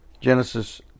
Genesis